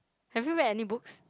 have you read any books